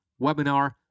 webinar